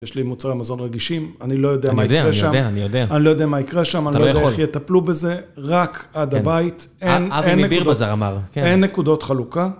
יש לי מוצרי מזון רגישים, אני לא יודע מה יקרה שם. אני יודע, אני יודע, אני יודע. אני לא יודע מה יקרה שם, אני לא יודע איך יטפלו בזה. רק עד הבית, אין נקודות חלוקה.